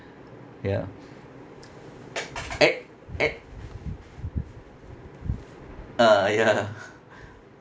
ya eh eh ah ya